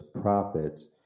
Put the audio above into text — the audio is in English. prophets